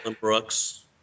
Brooks